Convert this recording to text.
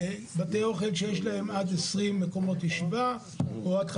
זו תהיה סיבה מספיק מוצדקת.